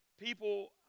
people